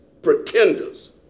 pretenders